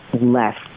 left